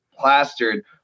plastered